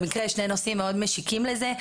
במקרה שני נושאים מאוד משיקים לזה,